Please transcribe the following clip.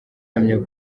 ahamya